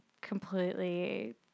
completely